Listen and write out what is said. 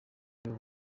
nibo